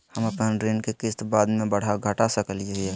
हम अपन ऋण के किस्त बाद में बढ़ा घटा सकई हियइ?